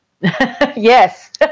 Yes